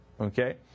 okay